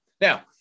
Now